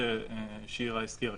תכתבו ליד "עצורי ימים".